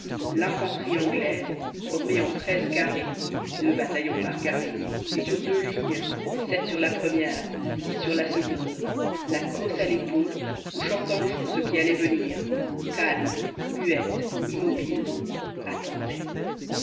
l'infanterie anglaise formée en treize carrés deux bataillons par carré et sur deux lignes sept sur la première six sur la seconde la crosse à l'épaule couchant en joue ce qui allait venir calme muette immobile attendait